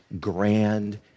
grand